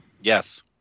Yes